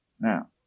now